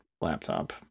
laptop